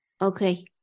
okay